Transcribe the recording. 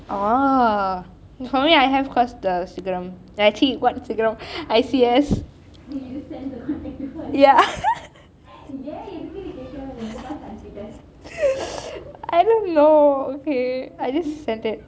oh normally I have because the sigaram அட சி:ada chi what sigaram I_C_S ya I don't know okay I just sent it